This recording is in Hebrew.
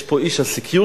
יש פה איש ה-security,